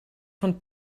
von